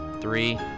three